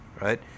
Right